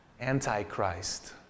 Antichrist